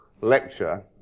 lecture